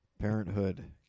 Parenthood